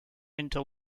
into